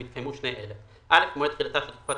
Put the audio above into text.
אם התקיימו שני אלה: מועד תחילתה של תקופת